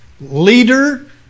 leader